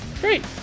great